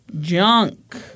junk